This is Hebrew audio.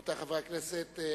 רבותי חברי הכנסת,